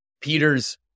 Peter's